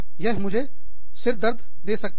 यह मुझे सिर दर्द दे सकता है